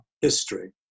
history